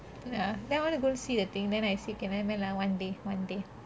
ya then I want to go see the thing then I say okay never mind lah one day one day